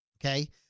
Okay